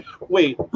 Wait